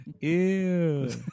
Ew